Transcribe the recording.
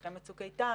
מלחמת צוק איתן